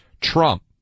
Trump